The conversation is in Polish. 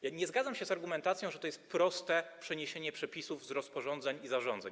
Ja nie zgadzam się z argumentacją, że to jest proste przeniesienie przepisów z rozporządzeń i zarządzeń.